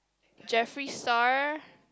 Jeffery-Star